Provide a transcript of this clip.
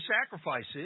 sacrifices